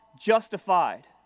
justified